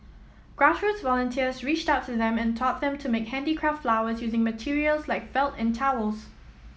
grassroots volunteers reached out to them and taught them to make handicraft flowers using materials like felt and towels